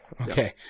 Okay